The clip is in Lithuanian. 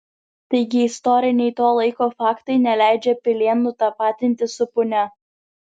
taigi istoriniai to laiko faktai neleidžia pilėnų tapatinti su punia